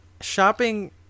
shopping